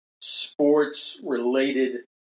sports-related